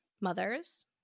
mothers